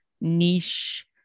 niche